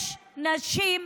יש נשים,